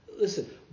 Listen